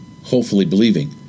hopefully-believing